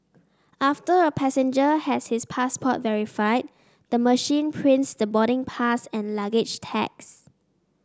after a passenger has his passport verified the machine prints the boarding pass and luggage tags